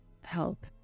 help